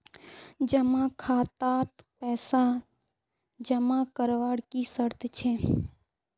जमा खातात पैसा जमा करवार की शर्त छे?